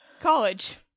college